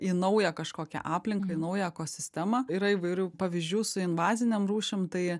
į naują kažkokią aplinkai naują ekosistemą yra įvairių pavyzdžių su invazinėm rūšim tai